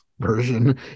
version